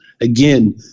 Again